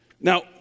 Now